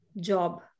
job